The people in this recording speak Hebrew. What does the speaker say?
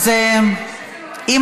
בלתי אפשרי,